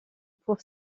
pour